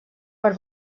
per